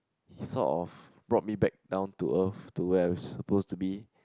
he sort of brought me back down to Earth to where I'm supposed to be